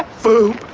foop